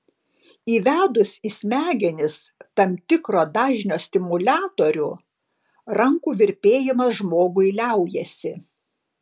įvedus į smegenis tam tikro dažnio stimuliatorių rankų virpėjimas žmogui liaujasi